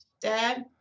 dad